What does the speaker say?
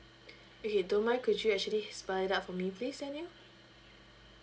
okay don't mind could you actually spell it out for me please daniel